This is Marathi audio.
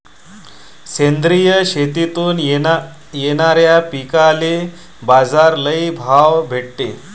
सेंद्रिय शेतीतून येनाऱ्या पिकांले बाजार लई भाव भेटते